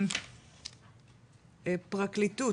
פרקליטות.